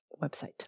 website